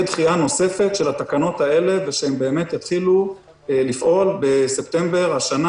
דחייה נוספת של התקנות הללו ושהן באמת יתחילו לפעול בספטמבר השנה,